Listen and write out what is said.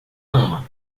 ama